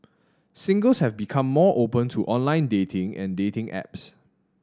singles have become more open to online dating and dating apps